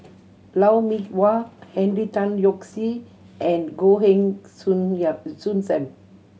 Lou Mee Wah Henry Tan Yoke See and Goh Heng Soon Soon Sam